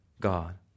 God